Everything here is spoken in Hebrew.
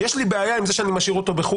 יש לי בעיה עם זה שאני משאיר אותו בחו"ל,